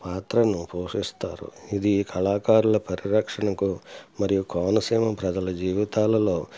పాత్రను పోషిస్తారు ఇది కళాకారుల పరిరక్షణకు మరియు కోనసీమ ప్రజల జీవితాలలో